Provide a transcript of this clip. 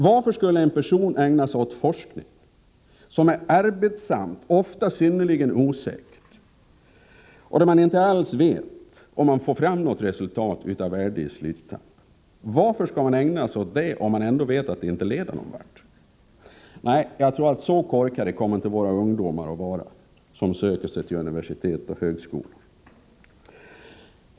Varför skulle en person ägna sig åt en forskning som är arbetsam och ofta synnerligen osäker och som man inte alls vet att det kommer att bli något resultat av på sluttampen? Varför skulle de ägna sig åt den, om de vet att det ändå inte leder någon vart? Nej, så korkade kommer inte våra ungdomar som söker sig till universitet och högskolor att vara.